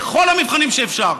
בכל המבחנים שאפשר.